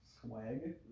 Swag